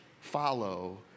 follow